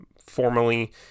formally